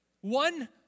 One